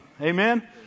Amen